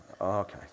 Okay